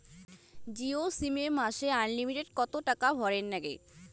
Jio sim এ মাসে unlimited কত টাকা ভরের নাগে?